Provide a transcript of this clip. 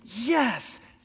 yes